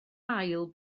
ail